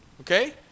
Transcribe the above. Okay